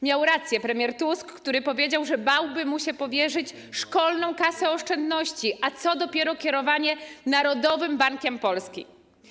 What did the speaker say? Miał rację premier Tusk, który powiedział, że bałby mu się powierzyć Szkolną Kasę Oszczędności, a co dopiero kierowanie Narodowym Bankiem Polskim.